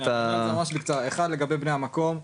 אז לגבי בני המקום,